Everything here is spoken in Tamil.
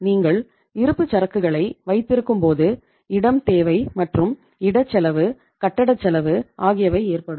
நீங்கள் இருப்புச்சரக்குகளை வைத்திருக்கும்போது இடம் தேவை மற்றும் இடச் செலவு கட்டடச் செலவு ஆகியவை ஏற்படும்